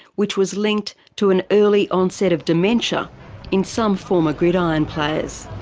which was linked to an early onset of dementia in some former gridiron players.